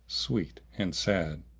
sweet and sad,